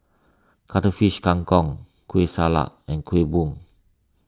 Cuttlefish Kang Kong Kueh Salat and Kuih Bom